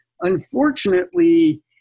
unfortunately